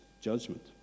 judgment